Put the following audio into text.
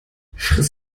friss